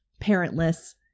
parentless